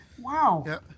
Wow